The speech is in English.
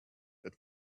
that